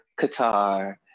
Qatar